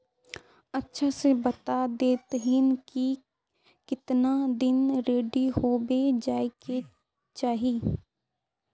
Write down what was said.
अच्छा से बता देतहिन की कीतना दिन रेडी होबे जाय के चही?